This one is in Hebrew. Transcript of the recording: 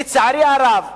לצערי הרב.